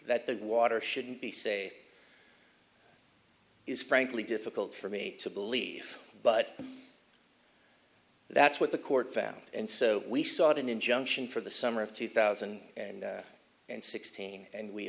that that water shouldn't be say is frankly difficult for me to believe but that's what the court found and so we sought an injunction for the summer of two thousand and sixteen and we